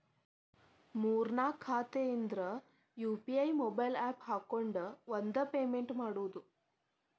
ಮೂರ್ ನಾಕ್ ಖಾತೆ ಇದ್ರ ಯು.ಪಿ.ಐ ಮೊಬೈಲ್ ಆಪ್ ಹಾಕೊಂಡ್ ಒಂದ ಪೇಮೆಂಟ್ ಮಾಡುದು